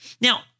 Now